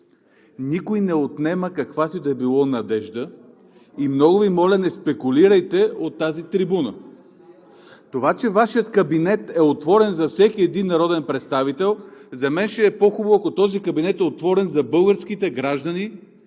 Никой не отнема каквато и да било надежда и много Ви моля, не спекулирайте от тази трибуна! Това, че Вашият кабинет е отворен за всеки един народен представител, за мен ще е по-хубаво, ако този кабинет е отворен за българските граждани,